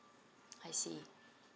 I see